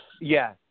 Yes